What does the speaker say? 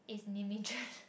is